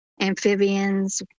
amphibians